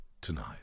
tonight